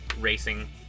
racing